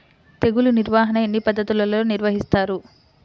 తెగులు నిర్వాహణ ఎన్ని పద్ధతులలో నిర్వహిస్తారు?